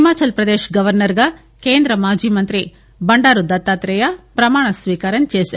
హిమాచల్ ప్రదేశ్ గవర్న రుగా కేంద్ర మాజీ మంత్రి బండారు దత్తాత్రేయ ప్రమాణ స్వీకారం చేశారు